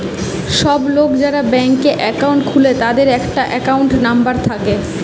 সব লোক যারা ব্যাংকে একাউন্ট খুলে তাদের একটা একাউন্ট নাম্বার থাকে